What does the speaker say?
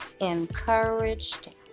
encouraged